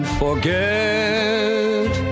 forget